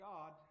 God